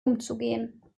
umzugehen